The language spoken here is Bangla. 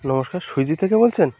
নমস্কার সুইগি থেকে বলছেন